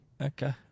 Okay